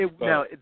Now